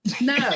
No